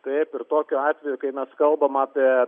taip ir tokiu atveju kai mes kalbam apie